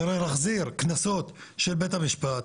צריך להחזיר קנסות של בית המשפט,